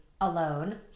alone